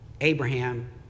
Abraham